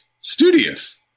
studious